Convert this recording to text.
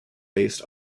based